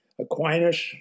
Aquinas